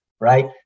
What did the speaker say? Right